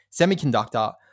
semiconductor